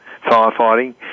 firefighting